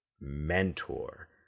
mentor